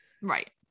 Right